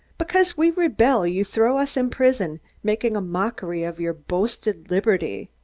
because we rebel, you throw us in prison, making a mockery of your boasted liberty.